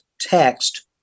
text